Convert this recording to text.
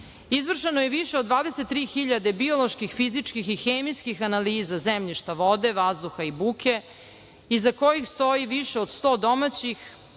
Izvršeno je više od 23.000 bioloških, fizičkih i hemijskih analiza zemljišta, vode, vazduha i buke iza kojih stoji više od 100 domaćih